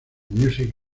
music